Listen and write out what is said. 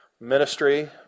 ministry